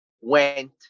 went